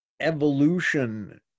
evolution